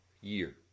year